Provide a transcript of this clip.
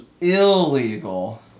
illegal